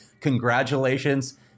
congratulations